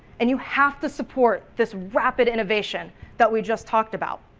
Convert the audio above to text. and you have to support this rapid innovation that we just talked about.